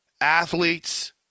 athletes